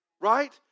Right